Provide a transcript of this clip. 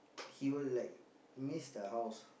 he will like miss the house